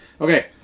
Okay